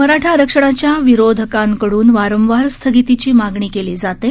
मराठा आरक्षणाच्या विरोधकांकड़न वारंवार स्थगितीची मागणी केली जाते